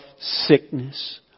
Sickness